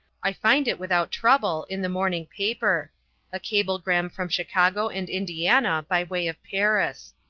i find it without trouble, in the morning paper a cablegram from chicago and indiana by way of paris.